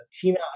Tina